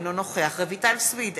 אינו נוכח רויטל סויד,